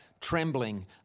trembling